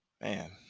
Man